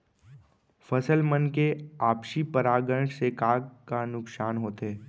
फसल मन के आपसी परागण से का का नुकसान होथे?